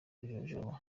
kujojoba